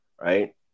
right